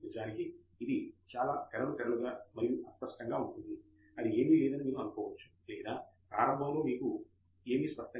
నిజానికి ఇది చాలా తెరలు తెరలుగా మరియు అస్పష్టంగా ఉంటుంది అది ఏమీ లేదని మీరు అనుకోవచ్చు లేదా ప్రారంభంలో మీకు ఏమీ స్పష్టంగా లేదు